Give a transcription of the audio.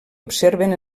observen